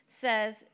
says